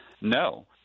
no